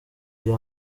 iyi